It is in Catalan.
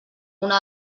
una